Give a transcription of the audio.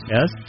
Yes